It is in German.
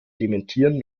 dementieren